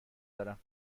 دارم